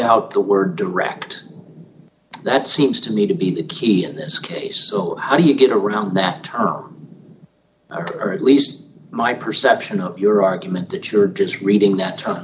out the word direct that seems to me to be the key in this case how you get around that term or at least my perception of your argument that you're just reading th